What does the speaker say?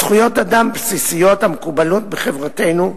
זכויות אדם בסיסיות המקובלות בחברתנו,